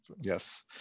yes